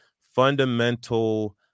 fundamental